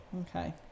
okay